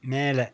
மேலே